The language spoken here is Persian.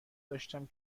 داشتم